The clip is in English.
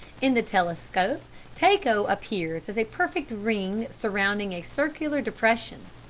in the telescope tycho appears as a perfect ring surrounding a circular depression,